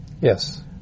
Yes